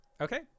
Okay